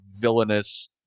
villainous